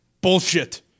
Bullshit